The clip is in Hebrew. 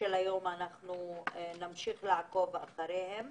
אנחנו נמשיך לעקוב אחרי ההחלטות של היום.